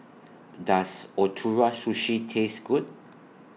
Does Ootoro Sushi Taste Good